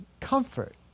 Comfort